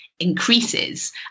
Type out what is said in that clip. Increases